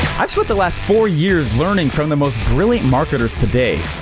i spent the last four years, learning from the most brilliant marketers today.